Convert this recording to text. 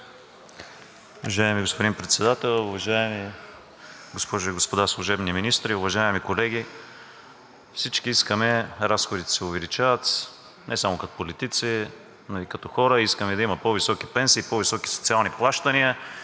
господин Председател, уважаеми госпожи и господа служебни министри, уважаеми колеги! Всички искаме, разходите се увеличават, не само като политици, но и като хора искаме да има по-високи пенсии, по-високи социални плащания,